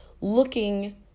looking